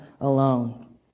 alone